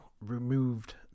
removed